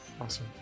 Awesome